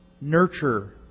nurture